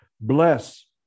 Bless